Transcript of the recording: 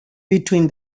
between